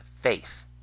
Faith